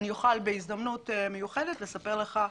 אני אוכל בהזדמנות מיוחדת לספר לך.